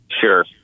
Sure